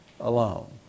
alone